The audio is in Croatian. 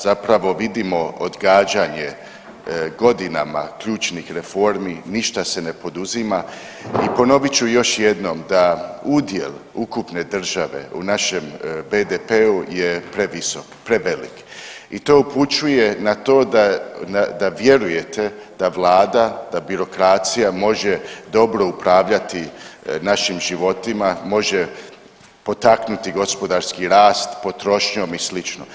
Zapravo vidimo odgađanje godinama ključnih reformi, ništa se ne poduzima i ponovit ću još jednom da udjel ukupne države u našem BDP-u je previsok, prevelik i to upućuje na to da vjerujete da vlada, da birokracija može dobro upravljati našim životima, može potaknuti gospodarski rast potrošnjom i slično.